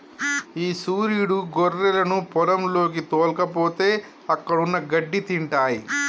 ఈ సురీడు గొర్రెలను పొలంలోకి తోల్కపోతే అక్కడున్న గడ్డి తింటాయి